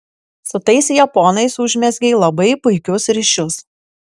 su tais japonais užmezgei labai puikius ryšius